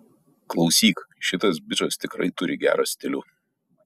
klausyk šitas bičas tikrai turi gerą stilių